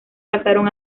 pasaron